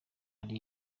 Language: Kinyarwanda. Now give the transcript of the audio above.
ari